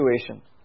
situation